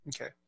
Okay